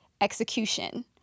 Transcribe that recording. execution